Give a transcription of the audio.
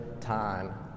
time